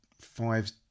five